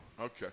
Okay